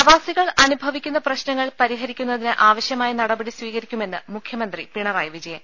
പ്രവാസികൾ അനുഭവിക്കുന്ന് പ്രശ്ന്ങൾ പരിഹരിക്കുന്നിന് ആവശ്യമായ നടപടി സ്വീകരിക്കുമെന്ന് മുഖ്യമന്ത്രി പിണറായി വിജയൻ